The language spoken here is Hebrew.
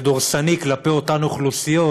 ודורסני כלפי אותן אוכלוסיות,